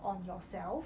on yourself